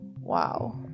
Wow